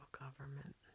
government